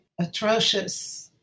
atrocious